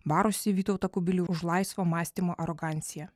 barusi vytautą kubilių už laisvo mąstymo aroganciją